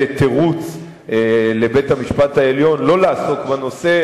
תירוץ לבית-המשפט העליון לא לעסוק בנושא,